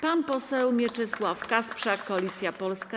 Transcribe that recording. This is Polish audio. Pan poseł Mieczysław Kasprzak, Koalicja Polska.